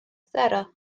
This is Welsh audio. sero